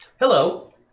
Hello